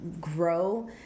grow